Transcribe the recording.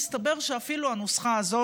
מסתבר שאפילו הנוסחה הזאת,